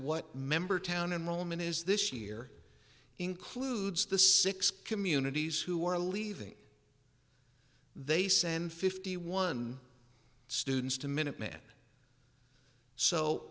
what member town enroll them in is this year includes the six communities who are leaving they send fifty one students to minutemen so